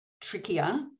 trickier